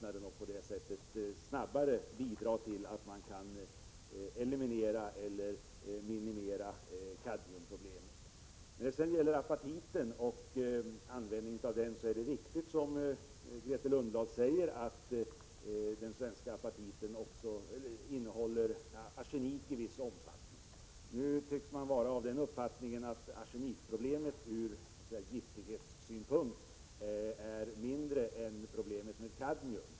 På det sättet skulle vi bidra till att man snabbare kan minimera eller eliminera kadmiumproblemet. Det är riktigt som Grethe Lundblad säger att den svenska apatiten innehåller en viss mängd arsenik. Nu tycks man emellertid vara av den uppfattningen att arsenik ur giftighetssynpunkt är ett mindre problem än vad kadmium är.